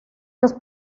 los